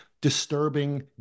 disturbing